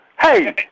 Hey